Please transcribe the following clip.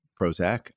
Prozac